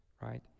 right